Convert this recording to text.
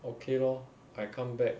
okay lor I come back